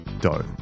dough